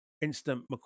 instant